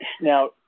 now